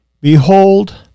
Behold